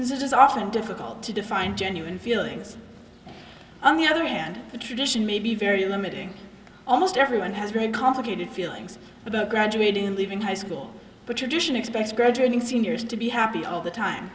it is often difficult to define genuine feelings on the other hand the tradition may be very limiting almost everyone has very complicated feelings about graduating and leaving high school but tradition expects graduating seniors to be happy all the time